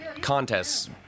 contests